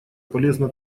полезно